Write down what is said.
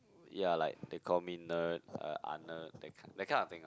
ya like they called me nerd uh ah nerd that that kind of thing ah